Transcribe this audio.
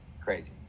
Crazy